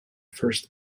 first